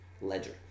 ledger